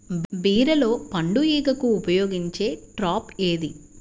బీరలో పండు ఈగకు ఉపయోగించే ట్రాప్ ఏది?